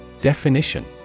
Definition